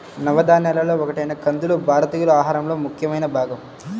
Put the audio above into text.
నవధాన్యాలలో ఒకటైన కందులు భారతీయుల ఆహారంలో ముఖ్యమైన భాగం